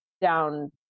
down